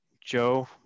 joe